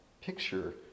picture